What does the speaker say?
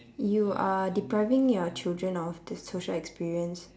you are depriving your children of the social experience